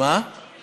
זה